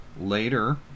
Later